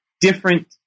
different